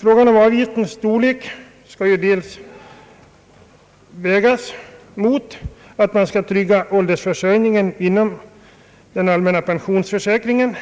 Frågan om avgiftens storlek skall dels vägas mot en tryggad åldersförsörjning inom den allmänna pensionsförsäkringen,